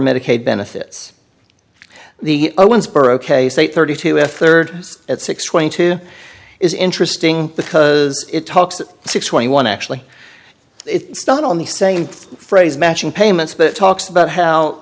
medicaid benefits the owensboro case eight thirty two a third at six twenty two is interesting because it talks that six twenty one actually it's not on the same phrase matching payments but it talks about how